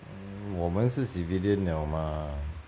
mm 我们是 civilian liao mah